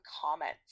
comments